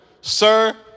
Sir